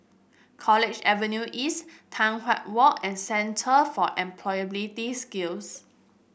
College Avenue East Tai Hwan Walk and Centre for Employability Skills